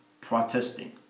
protesting